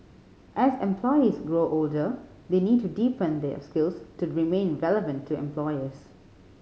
as employees grow older they need to deepen their skills to remain relevant to employers